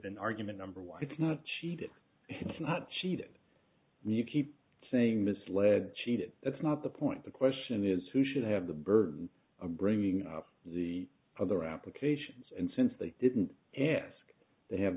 been argument number one it's not cheated it's not cheated you keep saying misled cheated that's not the point the question is who should have the burden of bringing up the other applications and since they didn't ask to have